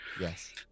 Yes